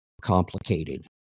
complicated